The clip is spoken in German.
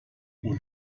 und